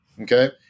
okay